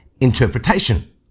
interpretation